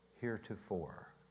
heretofore